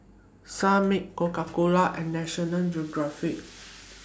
Sunmaid Coca Cola and National Geographic